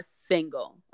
single